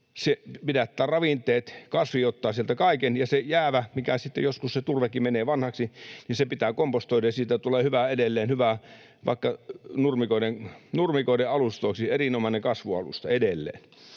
pidättää ravinteet. Kasvi ottaa sieltä kaiken, ja se jäävä — joskus se turvekin menee vanhaksi — pitää kompostoida, ja siitä tulee edelleen hyvää vaikka nurmikoiden alustoiksi. Erinomainen kasvualusta edelleen.